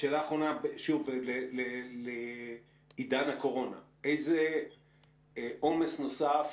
שאלה אחרונה לעידן הקורונה, לגבי עומס נוסף.